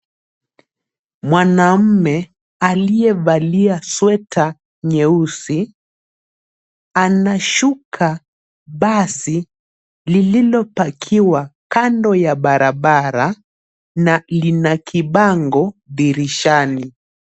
Mwanamume aliyevalia sweta nyeusi anashuka basi lililopakiwa kando ya barabara na lina kibango dirishani.